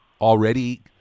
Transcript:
already